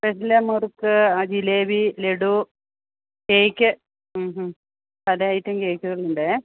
വെറ്റില മുറുക്ക് ജിലേബി ലഡ്ഡു കേക്ക് ഉം ഉം പല ഐറ്റം കേക്കുകൾ ഉണ്ട്